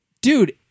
dude